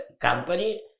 company